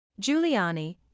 Giuliani